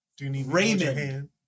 Raymond